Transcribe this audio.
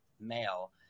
male